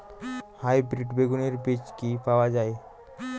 Hybrid বেগুনের বীজ কি পাওয়া য়ায়?